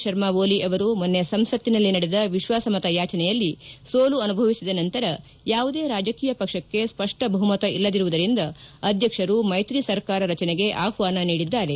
ಶರ್ಮ ಓಲಿ ಅವರು ಮೊನ್ನೆ ಸಂಸತ್ತಿನಲ್ಲಿ ನಡೆದ ವಿಶ್ವಾಸಮತ ಯಾಚನೆಯಲ್ಲಿ ಸೋಲನುಭವಿಸಿದ ನಂತರ ಯಾವುದೇ ರಾಜಕೀಯ ಪಕ್ಷಕ್ಕೆ ಸ್ಪಷ್ಟ ಬಹುಮತ ಇಲ್ಲದಿರುವುದರಿಂದ ಅಧ್ಯಕ್ಷರು ಮೈತ್ರಿ ಸರ್ಕಾರ ರಚನೆಗೆ ಆಹ್ವಾನ ನೀಡಿದ್ದಾರೆ